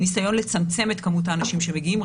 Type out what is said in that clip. ניסיון לצמצם את כמות האנשים שמגיעים,